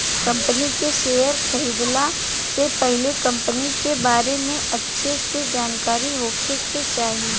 company के share खरीदला से पहिले कंपनी के बारे में अच्छा से जानकारी होखे के चाही